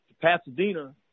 Pasadena